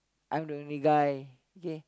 I'm the only guy okay